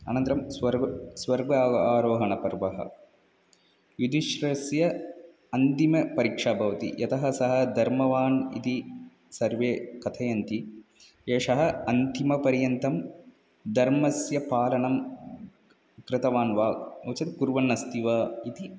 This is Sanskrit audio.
अनन्तरं स्वर्व् स्वर्गारोहणपर्व युधिष्ठिरस्य अन्तिमपरीक्षा भवति यतः सः धर्मवान् इति सर्वे कथयन्ति एषः अन्तिमपर्यन्तं धर्मस्य पालनं कृतवान् वा नो चेत् कुर्वन् अस्ति वा इति